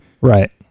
Right